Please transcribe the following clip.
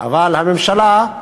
אבל הממשלה,